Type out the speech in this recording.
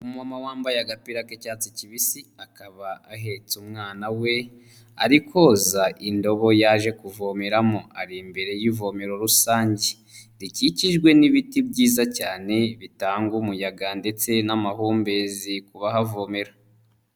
Umumama wambaye agapira k'icyatsi kibisi akaba ahetse umwana we, ari koza indobo yaje kuvomeramo, ari imbere y'ivomero rusange rikikijwe n'ibiti byiza cyane bitanga umuyaga ndetse n'amahumbezi ku bahavomera.